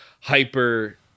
hyper